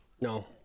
No